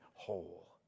whole